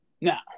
Now